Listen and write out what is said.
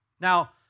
Now